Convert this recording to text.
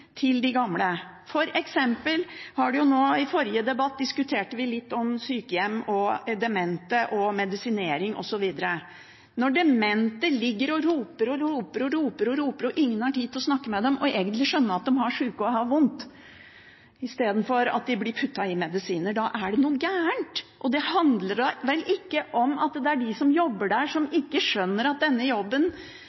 til de gamle. I forrige debatt f.eks. diskuterte vi litt om sykehjem, demente, medisinering osv. Når demente ligger og roper og roper og roper, og ingen har tid til å snakke med dem og skjønne at de egentlig er syke og har det vondt, og de i stedet blir puttet i medisiner, da er det noe gærent. Det handler vel ikke om at de som jobber der,